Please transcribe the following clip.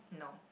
no